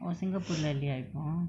orh singapore lah இல்லையா இப்போ:illaya ippo